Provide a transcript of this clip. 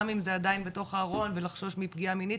אם זה עדיין בתוך הארון ולחשוש מפגיעה מינית,